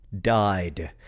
died